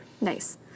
Nice